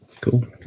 cool